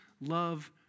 love